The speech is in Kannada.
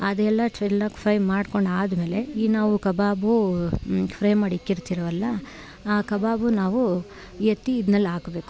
ಅದೆಲ್ಲ ಚೆನ್ನಾಗಿ ಫ್ರೈ ಮಾಡ್ಕೊಂಡು ಆದಮೇಲೆ ಈ ನಾವು ಕಬಾಬು ಫ್ರೈ ಮಾಡಿ ಇಕ್ಕಿರ್ತಿರವಲ್ಲ ಆ ಕಬಾಬು ನಾವು ಎತ್ತಿ ಇದ್ರಲ್ಲಿ ಹಾಕ್ಬೇಕು